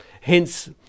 Hence